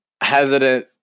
hesitant